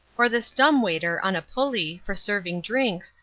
or this dumb-waiter on a pulley, for serving drinks,